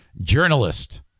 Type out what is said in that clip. journalist